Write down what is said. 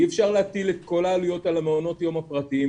אי אפשר להטיל את כל העלויות על המעונות יום הפרטיים,